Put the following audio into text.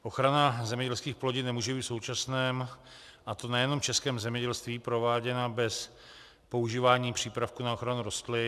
Ochrana zemědělských plodin nemůže být v současném, a to nejenom v českém, zemědělství prováděna bez používání přípravků na ochranu rostlin.